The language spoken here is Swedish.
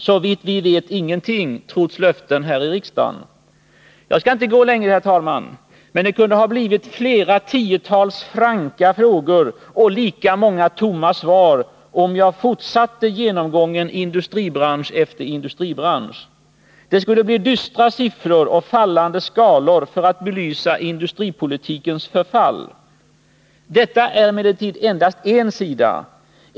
Såvitt vi vet ingenting — trots löften här i riksdagen. Jag skall inte gå längre. Men det kunde ha blivit flera tiotal franka frågor och lika många tomma svar, om jag fortsatte genomgången industribransch efter industribransch. Det skulle bli dystra siffror och fallande skalor för att belysa industripolitikens förfall. Detta är emellertid endast en sida.